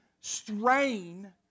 strain